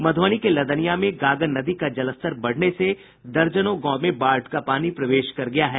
मध्रबनी के लदनिया में गागन नदी का जलस्तर बढ़ने से दर्जनों गांव में बाढ़ का पानी प्रवेश कर गया है